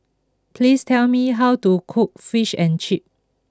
please tell me how to cook Fish and Chips